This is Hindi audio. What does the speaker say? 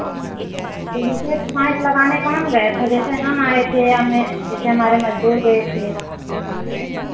तो जैसे पाइप लगाने कौन गया था जैसे हम आए थे या मैं जैसे हमारे मज़दूर गए थे